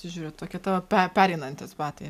čia žiūriu tokie tavo pe pereinantys batai